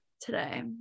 today